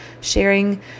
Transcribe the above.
sharing